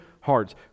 hearts